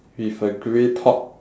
with a grey top